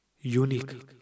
Unique